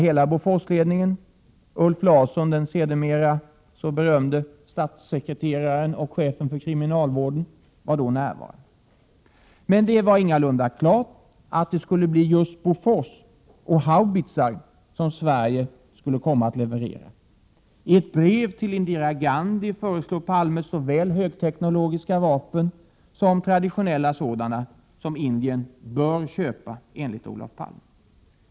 Ulf Larsson, den sedermera så berömde statssekreteraren och senare även chefen för kriminalvårdsstyrelsen, var närvarande. Men det var ingalunda klart att det skulle bli just Bofors haubitsar som Sverige skulle komma att leverera. I ett brev till Indira Gandhi föreslår Palme såväl högteknologiska vapen som traditionella sådana. Dessa bör Indien köpa, enligt Olof Palme.